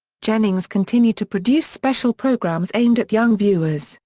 jennings continued to produce special programs aimed at young viewers,